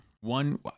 one